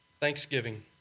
Thanksgiving